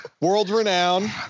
World-renowned